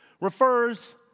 refers